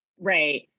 Right